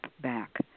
back